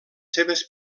seves